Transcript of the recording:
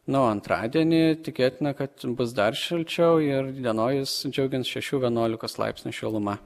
na o antradienį tikėtina kad bus dar šalčiau ir įdienojus džiugins šešių vienuolikos laipsnių šiluma